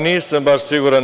Nisam baš siguran.